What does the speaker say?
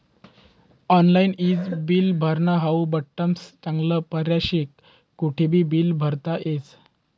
online ईज bill भरनं हाऊ बठ्ठास्मा चांगला पर्याय शे, कोठेबी बील भरता येस